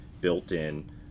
built-in